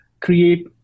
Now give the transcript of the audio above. create